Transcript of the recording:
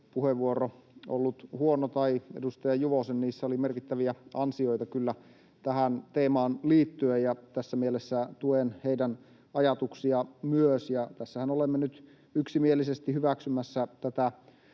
puheenvuoro ollut huono, tai edustaja Juvosen, niissä oli merkittäviä ansioita. Kyllä tähän teemaan liittyen ja tässä mielessä tuen myös heidän ajatuksiaan, ja tässähän olemme nyt yksimielisesti hyväksymässä tätä